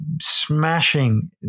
smashing